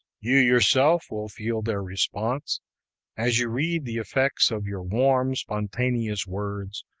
you yourself will feel their response as you read the effects of your warm, spontaneous words,